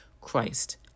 Christ